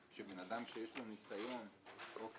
שאדם שיש לו ניסיון בתחום,